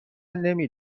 نمی